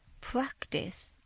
practice